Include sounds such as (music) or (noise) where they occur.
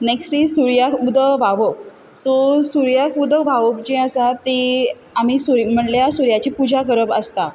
next is सुर्याक उदक व्हांवप सो सुर्याक उदक व्हांवप जें आसा तें आमी (unintelligible) म्हणल्यार सुर्याची पुजा करप आसता